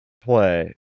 play